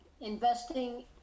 Investing